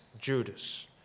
Judas